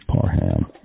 Parham